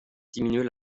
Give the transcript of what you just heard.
diminuer